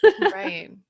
Right